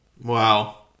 Wow